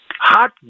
hot